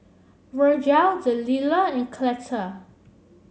Virgel Delilah and Cleta